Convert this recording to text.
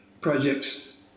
projects